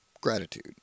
Gratitude